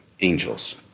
Angels